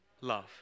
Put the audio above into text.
love